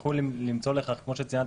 יצטרכו למצוא לכך כמו שציינת,